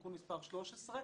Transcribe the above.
תיקון מספר 13,